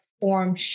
Form